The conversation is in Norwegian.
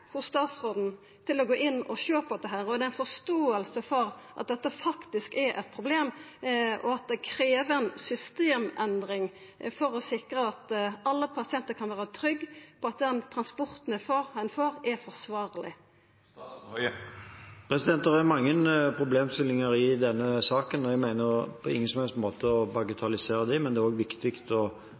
hos statsråden til å gå inn og sjå på dette? Er det forståing for at dette faktisk er eit problem, og at det krev ei systemendring for å sikra at alle pasientar kan vera trygge på at den transporten dei får, er forsvarleg? Det er mange problemstillinger i denne saken, og jeg mener på ingen som helst måte å bagatellisere dem. Det er også viktig å